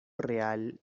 real